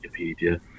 Wikipedia